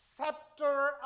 scepter